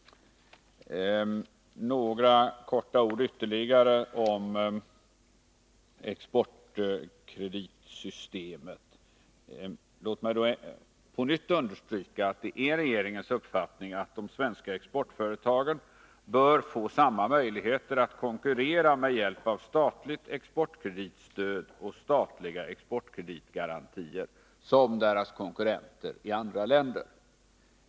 Ytterligare några ord om exportkreditsystemet. Låt mig på nytt understryka regeringens uppfattning att de svenska exportföretagen bör få samma möjligheter att konkurrera med hjälp av statligt exportkreditstöd och statliga exportkreditgarantier som deras konkurrenter i andra länder.